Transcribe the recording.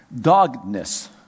doggedness